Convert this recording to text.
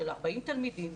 של 40 תלמידים,